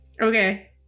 Okay